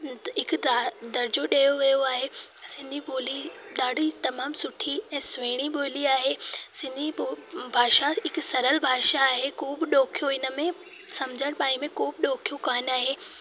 हिकु दर्जो ॾियो वियो आहे सिंधी ॿोली ॾाढी तमामु सुठी ऐं सुहिणी ॿोली आहे सिंधी ॿो भाषा हिकु सरल भाषा आहे को बि ॾुखियो इन में सम्झणु पाइण में को बि ॾुखियो कान आहे